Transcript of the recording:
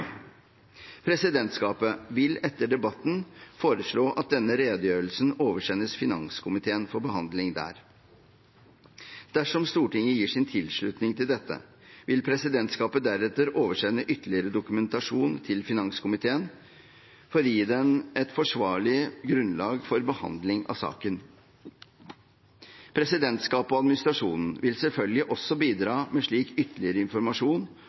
Presidentskapet vil etter debatten foreslå at denne redegjørelsen oversendes finanskomiteen for behandling der. Dersom Stortinget gir sin tilslutning til dette, vil presidentskapet deretter oversende ytterligere dokumentasjon til finanskomiteen for å gi den et forsvarlig grunnlag for behandling av saken. Presidentskapet og administrasjonen vil selvfølgelig også bidra med slik ytterligere informasjon